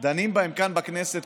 דנים בהן כאן בכנסת,